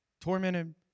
tormented